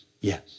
Yes